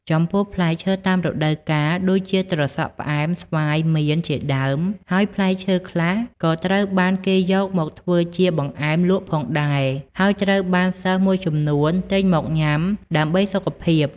ចំពោះផ្លែឈើតាមរដូវកាល ដូចជាត្រសក់ផ្អែម ស្វាយ មៀន ជាដើម ហើយផ្លែឈើខ្លះក៏ត្រូវបានគេយកមកធ្វើជាបង្អែមលក់ផងដែរ ហើយត្រូវបានសិស្សមួយចំនួនទិញមកញ៉ាំដើម្បីសុខភាព។